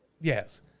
Yes